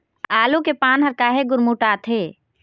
आलू के पान हर काहे गुरमुटाथे?